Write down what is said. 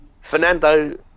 Fernando